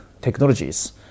technologies